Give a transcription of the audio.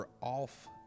off